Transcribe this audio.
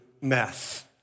mess